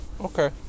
Okay